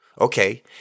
Okay